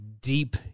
deep